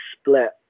split